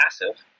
massive